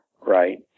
right